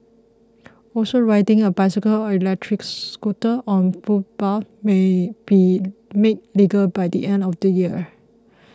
also riding a bicycle or electric scooter on footpaths may be made legal by the end of the year